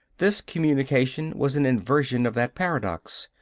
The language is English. this communication was an inversion of that paradox.